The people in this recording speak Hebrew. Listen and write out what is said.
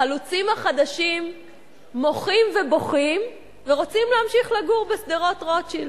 החלוצים החדשים מוחים ובוכים ורוצים להמשיך לגור בשדרות-רוטשילד.